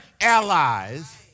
allies